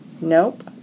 Nope